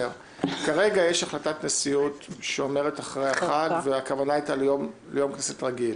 כרגע יש החלטת נשיאות שאומרת אחרי החג והכוונה היתה ליום כנסת רגיל